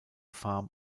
farm